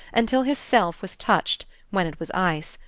until his self was touched, when it was ice,